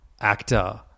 actor